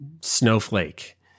snowflake